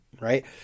right